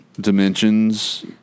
dimensions